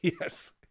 yes